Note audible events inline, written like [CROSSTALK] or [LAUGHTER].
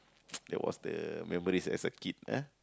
[NOISE] that was the memories as a kid ah